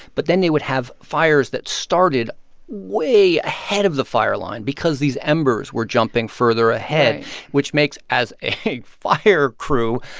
but then they would have fires that started way ahead of the fire line because these embers were jumping further ahead which makes, as a fire crew,